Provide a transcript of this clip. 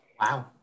Wow